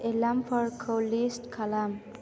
एलार्मफोरखौ लिस्ट खालाम